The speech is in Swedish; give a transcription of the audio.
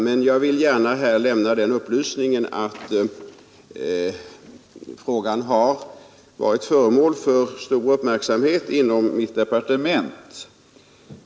Men jag vill gärna lämna den upplysningen att frågan har varit föremål för stor uppmärksamhet inom mitt departement.